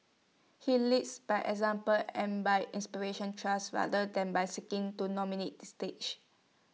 he leads by example and by inspiration trust rather than by seeking to dominate the stage